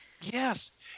yes